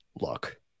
look